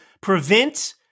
prevent